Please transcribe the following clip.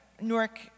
Newark